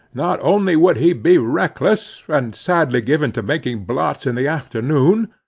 not only would he be reckless and sadly given to making blots in the afternoon,